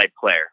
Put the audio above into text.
player